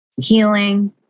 healing